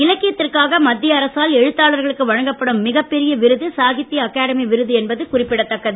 இலக்கியத்திற்காக மத்திய அரசால் எழுத்தாளர்களுக்கு வழங்கப்படும் மிகப்பெரிய விருது சாகித்ய அகடமி விருது என்பது குறிப்பிடத்தக்கது